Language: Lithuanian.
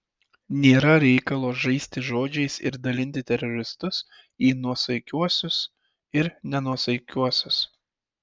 nėra reikalo žaisti žodžiais ir dalinti teroristus į nuosaikiuosius ir nenuosaikiuosius